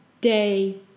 day